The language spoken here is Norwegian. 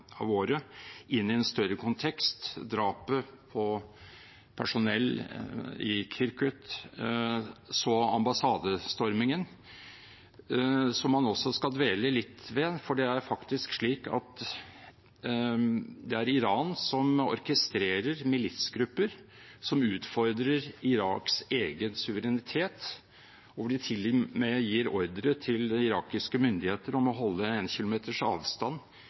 året, inn i en større kontekst. Drapet på personell i Kirkuk og så ambassadestormingen skal man også dvele litt ved, for det er faktisk slik at det er Iran som orkestrerer militsgrupper som utfordrer Iraks egen suverenitet, og hvor de til og med gir ordrer til irakiske myndigheter om å holde én kilometers avstand